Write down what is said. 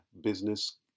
business